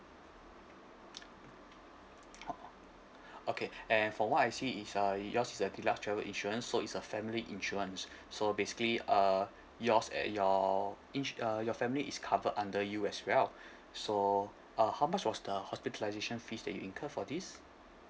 okay and from what I see is uh yours is a deluxe travel insurance so is a family insurance so basically uh yours and your each uh your family is covered under you as well so uh how much was the hospitalisation fees that you incurred for this